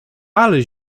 ale